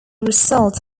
result